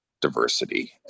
diversity